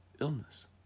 illness